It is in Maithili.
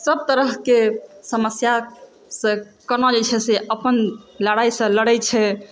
सबतरहकेेँ समस्यासँ कोना जे छै से अपन लड़ाइसँ लड़ै छै